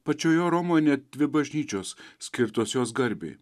pačioje romoje net dvi bažnyčios skirtos jos garbei